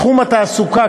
תחום התעסוקה,